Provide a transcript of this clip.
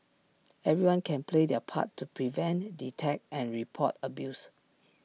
everyone can play their part to prevent detect and report abuse